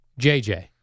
JJ